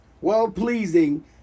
well-pleasing